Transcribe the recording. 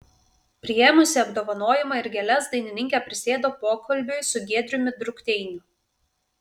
priėmusi apdovanojimą ir gėles dainininkė prisėdo pokalbiui su giedriumi drukteiniu